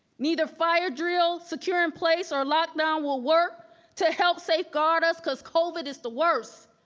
neither fire drill, secure in place, or locked down will work to help safeguard us cause covid is the worst.